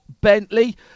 Bentley